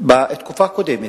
בתקופה הקודמת,